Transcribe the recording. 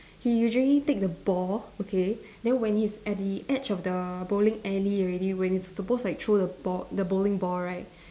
he usually take the ball okay then when he's at the edge of the bowling alley already when he's supposed like throw the ball the bowling ball right